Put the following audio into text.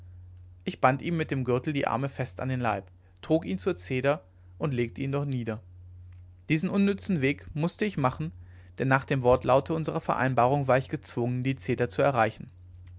ich band ihm mit dem gürtel die arme fest an den leib trug ihn zur zeder und legte ihn dort nieder diesen unnützen weg mußte ich machen denn nach dem wortlaute unserer vereinbarung war ich gezwungen die zeder zu erreichen